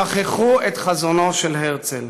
שכחו את חזונו של הרצל,